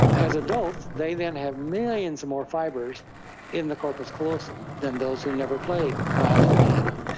as adults they then have millions more fibres in the corpus callosum than those who never played violin or piano.